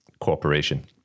cooperation